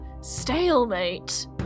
stalemate